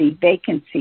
vacancy